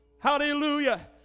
Hallelujah